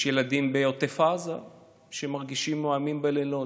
יש ילדים בעוטף עזה שמרגישים מאוימים בלילות.